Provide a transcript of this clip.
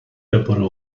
raporu